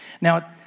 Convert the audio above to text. Now